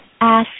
ask